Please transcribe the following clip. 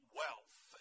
wealth